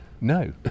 No